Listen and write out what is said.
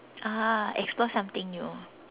ah explore something new